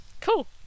Cool